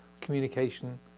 communication